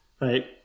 right